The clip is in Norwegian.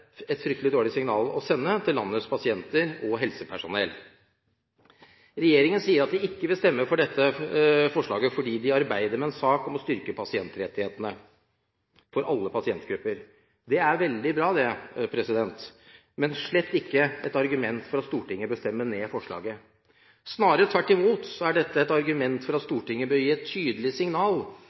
et fryktelig dårlig signal å sende til landets pasienter og helsepersonell. Regjeringen sier de ikke vil stemme for dette forslaget fordi de arbeider med en sak om å styrke pasientrettighetene for alle pasientgrupper. Det er veldig bra, men slett ikke et argument for at Stortinget bør stemme ned forslaget. Snarere tvert imot er dette et argument for at Stortinget bør gi et tydelig signal